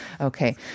Okay